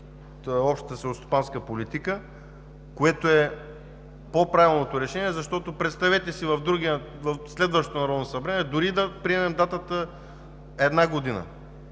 Общата селскостопанска политика, е по-правилното решение. Защото представете си в следващото Народно събрание, дори да приемем датата една година,